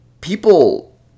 people